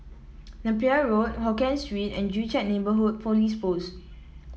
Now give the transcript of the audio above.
Napier Road Hokien Street and Joo Chiat Neighbourhood Police Post